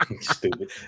Stupid